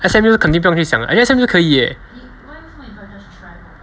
S_M_U 肯定不用可以想的 actually S_M_U 可以 leh